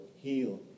heal